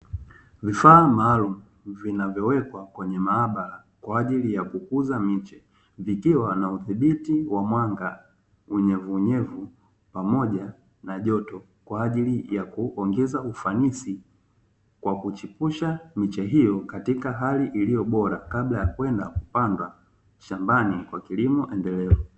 Vifaa maalumu vinavyowekwa kwenye maabara kwa ajili ya kukuza miche vikiwa na udhibiti wa mwanga, unyevu uvnyevu pamoja na joto kwa ajili yakuongeza ufanisi wa kuchipusha miche hiyo katika hali iliyo bora kabla ya kwenda kupandwa shambani kwa kilimo endelevu.